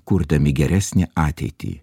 kurdami geresnę ateitį